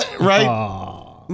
right